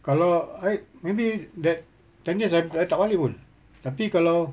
kalau I maybe that ten years I I tak balik pun tapi kalau